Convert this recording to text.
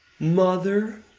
Mother